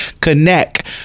connect